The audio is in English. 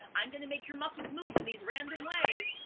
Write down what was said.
i'm gonna make your muscles move in these random ways,